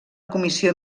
comissió